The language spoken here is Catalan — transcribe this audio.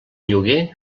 lloguer